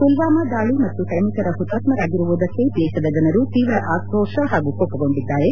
ಪುಲ್ವಾಮಾ ದಾಳಿ ಮತ್ತು ಸೈನಿಕರು ಹುತಾತ್ಮರಾಗಿರುವುದಕ್ಕೆ ದೇಶದ ಜನರು ತೀವ್ರ ಆಕ್ರೋಶ ಹಾಗೂ ಕೋಪಗೊಂಡಿದ್ದಾರೆ